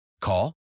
Call